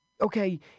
Okay